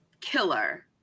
Killer